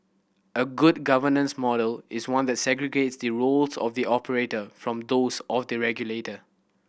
a good governance model is one that segregates the roles of the operator from those of the regulator